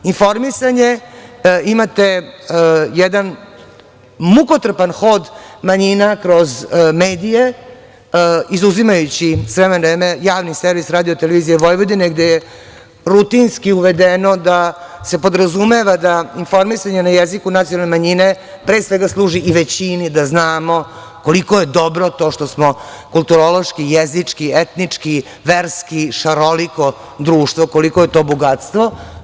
Informisanje, imate jedan mukotrpan hod manjina kroz medije, izuzimajući s vremena na vreme javni servis RTV, gde je rutinski uvedeno da se podrazumeva da informisanje na jeziku nacionalne manjine pre svega služi i većini da znamo koliko je dobro što smo kulturološki, jezički, etnički, verski šaroliko društvo, koliko je to bogatstvo.